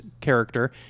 character